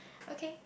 okay